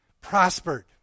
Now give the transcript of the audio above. prospered